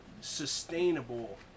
sustainable